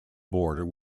border